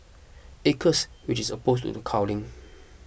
acres which is opposed to culling